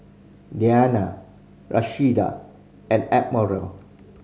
Diann Rashida and Admiral